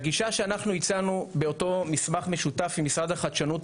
הגישה שאנחנו הצענו באותו מסמך משותף עם משרד החדשנות,